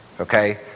okay